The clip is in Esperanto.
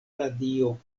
radio